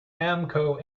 amco